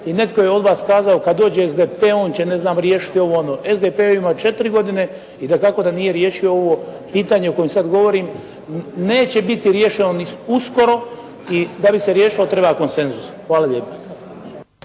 I netko je od vas kazao kad dođe SDP on će riješiti ovo, ono. SDP je imao četiri godine i dakako da nije riješio ovo pitanje o kojem sad govorim. Neće biti riješeno ni uskoro i da bi se riješilo treba konsenzus. Hvala lijepa.